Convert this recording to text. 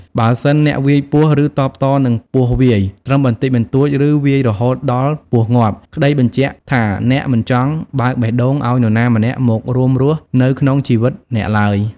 បើសិនអ្នកវាយពស់ឬតបតនឹងពស់វាយ ត្រឹមបន្តិចបន្តួចឬវាយរហូតដល់ពស់ងាប់ក្តីបញ្ជាក់ថាអ្នកមិនចង់ បើកបេះដូងឲ្យនរណាម្នាក់មករួមរស់នៅក្នុងជីវិតអ្នកឡើយ។